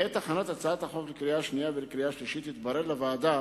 בעת הכנת הצעת החוק לקריאה שנייה ולקריאה שלישית התברר לוועדה